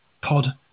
pod